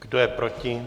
Kdo je proti?